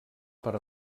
per